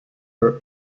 her